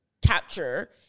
capture